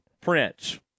Prince